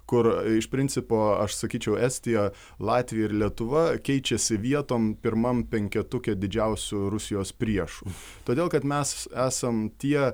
kur iš principo aš sakyčiau estija latvija ir lietuva keičiasi vietom pirmam penketuke didžiausių rusijos priešų todėl kad mes esam tie